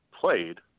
played